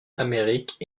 amérique